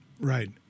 right